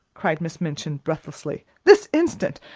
cried miss minchin breathlessly, this instant.